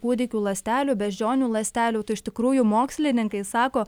kūdikių ląstelių beždžionių ląstelių tai iš tikrųjų mokslininkai sako